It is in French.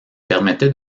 permettait